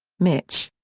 mich.